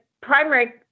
primary